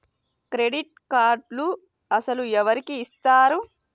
Credit కార్డులు అసలు ఎవరికి ఇస్తారు?